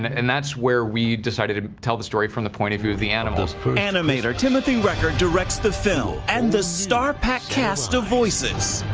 and that's where we decided to tell the story from the point of view of the animals. efrem animator timothy record directs the film, and the star-packed cast of voices.